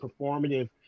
performative